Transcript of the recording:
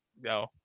no